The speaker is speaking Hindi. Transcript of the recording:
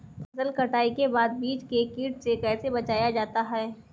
फसल कटाई के बाद बीज को कीट से कैसे बचाया जाता है?